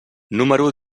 número